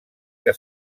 que